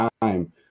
time